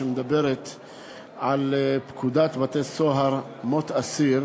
תיקון פקודת בתי-הסוהר (מות אסיר),